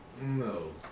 No